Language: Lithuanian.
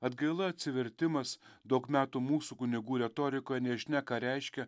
atgaila atsivertimas daug metų mūsų kunigų retorika nežinia ką reiškia